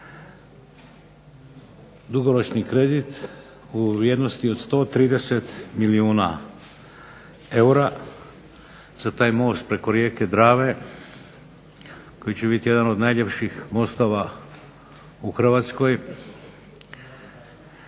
dugoročni kredit u vrijednosti od 130 milijuna eura za taj most preko rijeke Drave koji će biti jedan od najljepših mostova u Hrvatskoj.